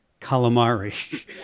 calamari